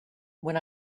when